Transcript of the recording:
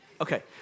Okay